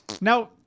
Now